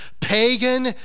Pagan